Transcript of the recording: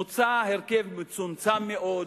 מוצע הרכב מצומצם מאוד,